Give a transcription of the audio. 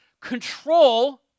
Control